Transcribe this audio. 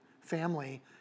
family